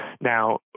Now